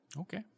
Okay